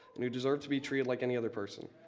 and who deserve to be treated like any other person.